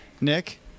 Nick